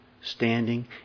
standing